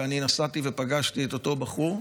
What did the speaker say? ואני נסעתי ופגשתי את אותו בחור.